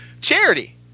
Charity